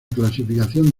clasificación